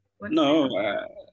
no